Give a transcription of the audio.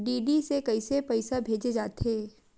DD से कइसे पईसा भेजे जाथे?